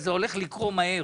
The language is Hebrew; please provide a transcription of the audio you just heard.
אז זה הולך לקרות מהר.